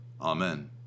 Amen